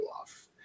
off